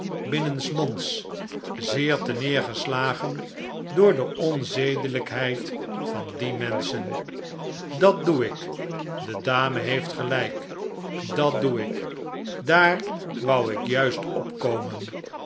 binnensmonds zeer terneergeslagen door de onzedelijkheid van die menschen dat doe ik die dame heeft gelijk dat doe ik daar wou ik juist opkomen